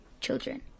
children